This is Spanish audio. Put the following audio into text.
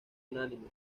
unánime